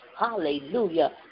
Hallelujah